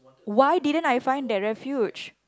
why didn't I find that refuge